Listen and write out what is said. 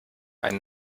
ein